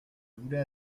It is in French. voulais